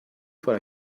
for